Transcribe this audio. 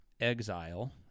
exile